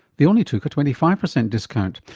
they only took a twenty five percent discount,